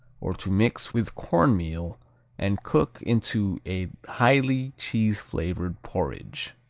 or to mix with cornmeal and cook into a highly cheese-flavored porridge.